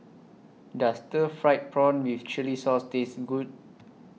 Does Stir Fried Prawn with Chili Sauce Taste Good